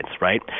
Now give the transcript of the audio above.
right